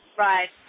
Right